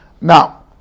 Now